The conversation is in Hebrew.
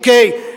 אוקיי?